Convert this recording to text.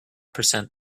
percent